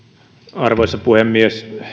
arvoisa puhemies